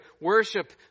worship